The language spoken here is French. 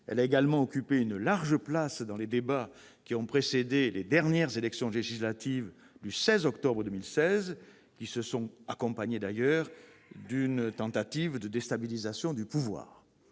Elle a également occupé une large place dans les débats qui ont précédé les élections législatives du 16 octobre 2016, qui se sont accompagnées d'une tentative de déstabilisation du pouvoir.